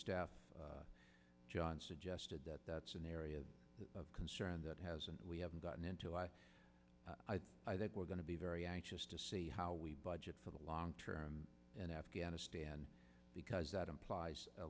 staff john suggested that that's an area of concern that hasn't we haven't gotten into i i think we're going to be very anxious to see how we budget for the long term in afghanistan because that implies a